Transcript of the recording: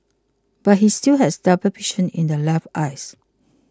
but he still has double vision in the left eye